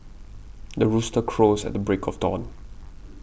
the rooster crows at break of dawn